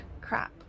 crap